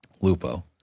Lupo